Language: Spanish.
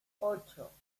ocho